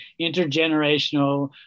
intergenerational